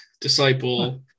disciple